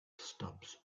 stubbs